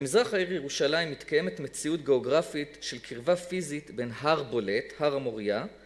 במזרח העיר ירושלים מתקיימת מציאות גאוגרפית של קרבה פיזית בין הר בולט, הר המוריה